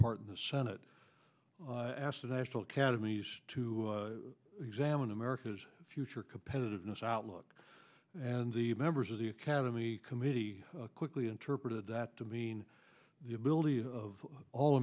part in the senate asked the national academies to examine america's future competitiveness outlook and the members of the academy committee quickly interpreted that to mean the ability of all